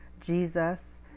Jesus